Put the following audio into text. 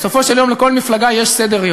בסופו של יום לכל מפלגה יש סדר-יום,